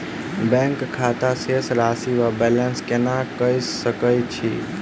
Bank खाता शेष राशि वा बैलेंस केना कऽ सकय छी?